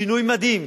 שינוי מדהים,